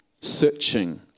searching